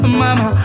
mama